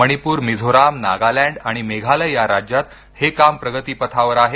मणिप्र मिझोराम नागालँड आणि मेघालय या राज्यात हे काम प्रगतीपथावर आहे